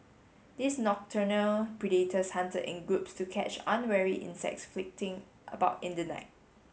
these nocturnal predators hunted in groups to catch unwary insects flitting about in the night